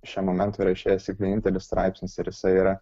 šiuo momentu yra išėjęs tik vienintelis straipsnis ir jisai yra